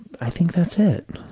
i think that's it.